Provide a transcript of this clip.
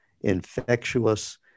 infectious